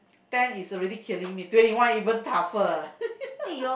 ten is already killing me twenty one even tougher ah